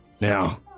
now